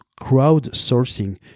crowdsourcing